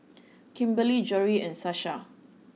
Kimberly Jory and Sasha